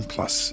Plus